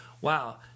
wow